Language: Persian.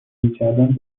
میکردم